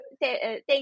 thank